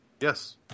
Yes